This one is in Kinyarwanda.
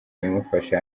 imufashe